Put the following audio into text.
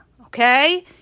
Okay